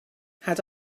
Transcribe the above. had